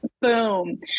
Boom